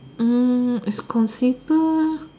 mm is consider